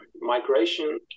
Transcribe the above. migration